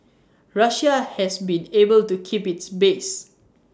Russia has been able to keep its base